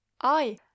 I—